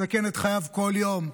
מסכן את חייו כל יום,